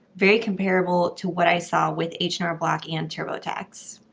very comparable to what i saw with h and r block and turbotax.